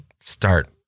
start